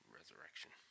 Resurrection